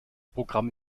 programm